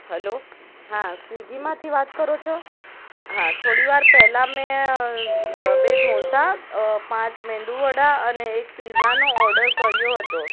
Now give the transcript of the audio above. hello હા સ્વીગીમાંથી વાત કરો છો હા થોડીવાર પહેલાં મેં બે ઢોંસા પાંચ મેંદુવડા અને એક પીઝાનો ઓર્ડર કર્યો હતો